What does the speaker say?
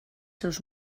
seus